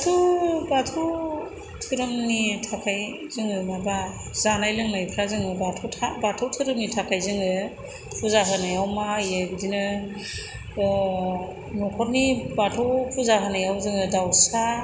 बाथौ बाथौ दोहोरोमनि थाखाय जोङो माबा जानाय लों नखरनि बाथौ फुजा होनायाव जोङो दावसा